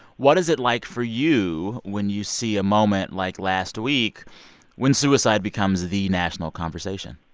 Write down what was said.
what is it like for you when you see a moment like last week when suicide becomes the national conversation?